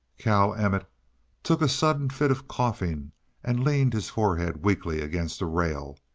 cal emmett took a sudden fit of coughing and leaned his forehead weakly against a rail,